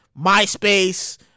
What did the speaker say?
MySpace